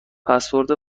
پسورد